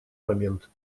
момент